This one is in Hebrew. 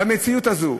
במציאות הזו,